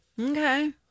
Okay